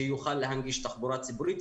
שיוכל להנגיש תחבורה ציבורית.